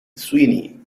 sweeney